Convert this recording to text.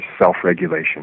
self-regulation